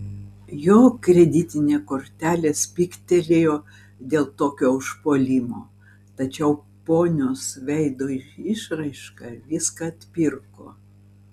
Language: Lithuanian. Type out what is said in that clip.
jo kreditinė kortelė spygtelėjo dėl tokio užpuolimo tačiau ponios veido išraiška viską atpirko